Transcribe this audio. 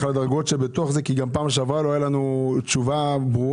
על הדרגות בתוך זה כי גם בפעם שעברה לא הייתה לנו תשובה ברורה,